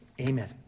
Amen